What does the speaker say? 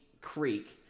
creek